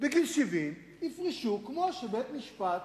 יפרשו בגיל 70, כמו בבית-משפט